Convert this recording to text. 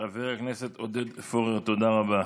חבר הכנסת עודד פורר, תודה רבה.